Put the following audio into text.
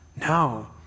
No